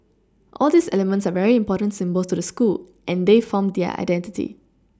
all these elements are very important symbols to the school and they form their identity